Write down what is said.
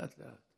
לאט-לאט.